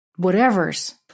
whatevers